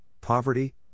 poverty